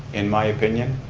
in my opinion,